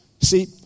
See